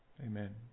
Amen